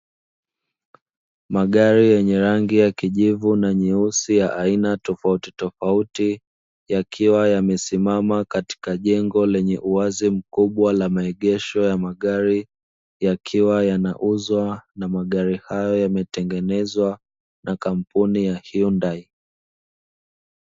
Magari yenye rangi ya kijivu na nyeusi ya aina tofauti tofauti yakiwa yamesimama katika jengo lenye uwazi mkubwa la maegesho ya magari, yakiwa yanauzwa na magari hayo yametengenezwa na kampuni ya "hyundai".